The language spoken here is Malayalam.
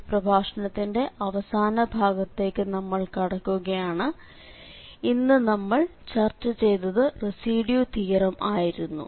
ഈ പ്രഭാഷണത്തിന്റെ അവസാന ഭാഗത്തേക്ക് നമ്മൾ കടക്കുകയാണ് ഇന്ന് നമ്മൾ ചർച്ച ചെയ്തത് റെസിഡ്യൂ തിയറം ആയിരുന്നു